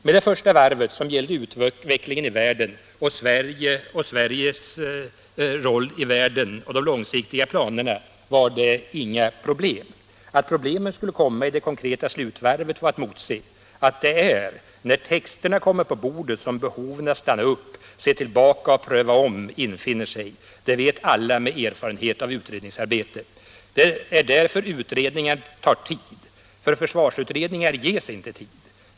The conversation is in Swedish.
Med det första varvet som gällde utvecklingen i världen och i Sverige och Sveriges roll i världen och de långsiktigare planerna var det inga problem. Att problemen skulle komma i det konkreta slutvarvet var att emotse. Att det är när texterna kommer på bordet som behoven att stanna upp, se tillbaka och pröva om, infinner sig — det vet alla med erfarenhet av utredningsarbete. Det är därför utredningar tar tid. För försvarsutredningar ges inte tid.